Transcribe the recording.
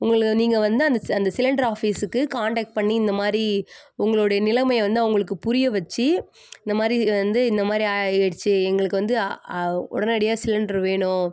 உங்கள் நீங்கள் வந்து அந்த அந்த சிலெண்டரு ஆஃபிஸுக்கு காண்டக்ட் பண்ணி இந்த மாதிரி உங்களுடைய நிலமையை வந்து அவுங்களுக்கு புரிய வெச்சி இந்த மாதிரி வந்து இந்த மாதிரி ஆகிடுச்சி எங்களுக்கு வந்து உடனடியாக சிலிண்ட்ரு வேணும்